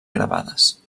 gravades